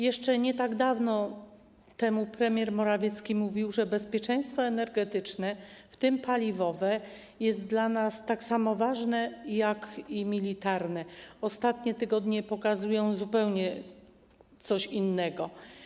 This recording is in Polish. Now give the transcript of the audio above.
Jeszcze nie tak dawno temu premier Morawiecki mówił, że bezpieczeństwo energetyczne, w tym paliwowe, jest dla nas tak samo ważne jak bezpieczeństwo militarne, zaś ostatnie tygodnie pokazują coś zupełnie innego.